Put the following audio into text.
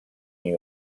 new